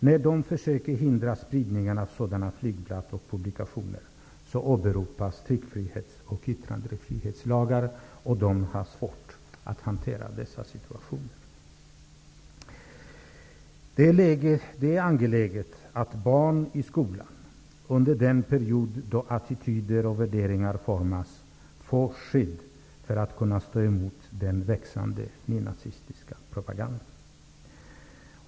När de försöker hindra spridningen av sådana flygblad och publikationer åberopas tryckfrihetsoch yttrandefrihetslagar. De har svårt att hantera situationen. Det är angeläget att barn i Stockholm under den period då attityder och värderingar formas får skydd för att kunna stå emot den växande nynazistiska propagandan.